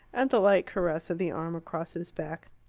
and the light caress of the arm across his back.